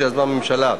שיזמה הממשלה.